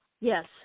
yes